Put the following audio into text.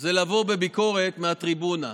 זה לבוא בביקורת מהטריבונה.